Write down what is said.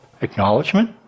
Acknowledgement